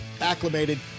acclimated